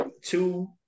Two